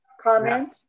comment